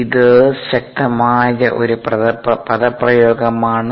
ഇത് ശക്തമായ ഒരു പദപ്രയോഗമാണ്